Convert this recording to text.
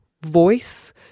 voice